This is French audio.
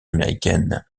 américaine